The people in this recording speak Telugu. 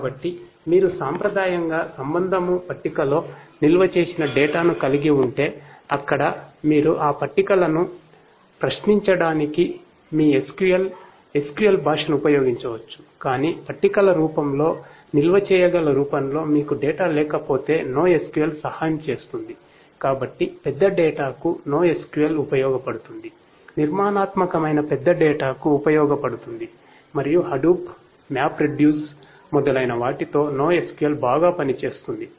కాబట్టి మీరు సాంప్రదాయకంగా సంబంధము పట్టికలో నిల్వ చేసిన డేటా మొదలైనవాటితో NoSQL బాగా పనిచేస్తుంది